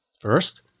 First